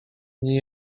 nie